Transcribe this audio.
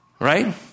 right